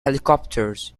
helicopters